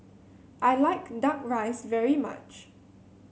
I like duck rice very much